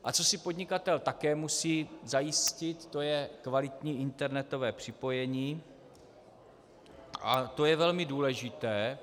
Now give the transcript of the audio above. A co si podnikatel také musí zajistit, je kvalitní internetové připojení a to je velmi důležité.